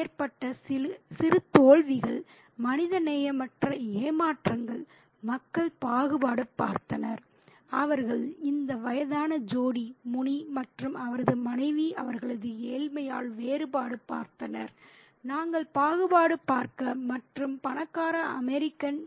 ஏற்பட்ட சிறு தோல்விகள் மனிதநேயமற்ற ஏமாற்றங்கள் மக்கள் பாகுபாடு பார்த்தனர் அவர்கள் இந்த வயதானஜோடி முனி மற்றும் அவரது மனைவி அவர்களது ஏழ்மையால் வேறுபாடு பார்த்தனர் நாங்கள் பாகுபாடு பார்க்க மற்றும் பணக்கார அமெரிக்கன்